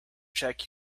check